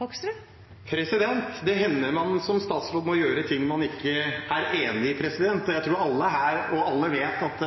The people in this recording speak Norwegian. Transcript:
omme. Det hender man som statsråd må gjøre ting man ikke er enig i. Jeg tror alle her vet at